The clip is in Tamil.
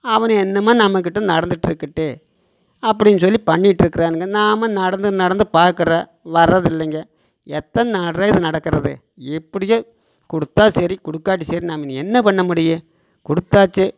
அவனும் என்னமோ நம்மகிட்ட நடந்துகிட்ருக்குட்டு அப்படின்னு சொல்லி பண்ணிகிட்ருக்குறானுங்க நாம் நடந்து நடந்து பார்க்குறன் வர்றதில்லைங்க எத்தனை நட்ற இது நடக்குறது எப்படியோ கொடுத்தா சரி குடுக்காட்டி சரி நாம்ம இனி என்ன பண்ண முடியும் கொடுத்தாச்சி